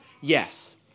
Yes